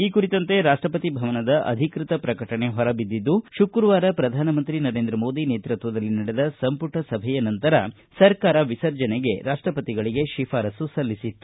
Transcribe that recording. ಈ ಕುರಿತಂತೆ ರಾಷ್ಟಪತಿ ಭವನದ ಅಧಿಕೃತ ಪ್ರಕಟಣೆ ಹೊರಬಿದ್ದಿದ್ದು ಶುಕ್ರವಾರ ಪ್ರಧಾನಮಂತ್ರಿ ನರೇಂದ್ರಮೋದಿ ನೇತೃತ್ವದಲ್ಲಿ ನಡೆದ ಸಂಪುಟ ಸಭೆಯ ನಂತರ ಸರ್ಕಾರ ವಿಸರ್ಜನೆಗೆ ರಾಷ್ಟಪತಿಗಳಿಗೆ ಶಿಫಾರಸ್ಸು ಸಲ್ಲಿಸಿತ್ತು